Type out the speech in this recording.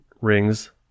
rings